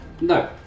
no